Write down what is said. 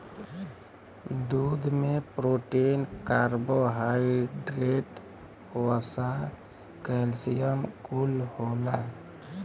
दूध में protein, carbohydrate, वसा, कैल्सियम कुल होला